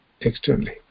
externally